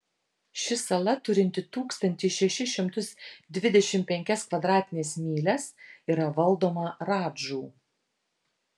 ši sala turinti tūkstantį šešis šimtus dvidešimt penkias kvadratines mylias yra valdoma radžų